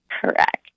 Correct